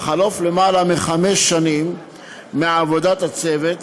בחלוף למעלה מחמש שנים מעבודת הצוות,